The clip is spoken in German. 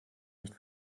nicht